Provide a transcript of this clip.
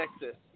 Texas